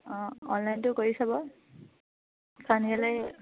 অঁ অনলাইনটো কৰি চাব কাৰণ কেলৈ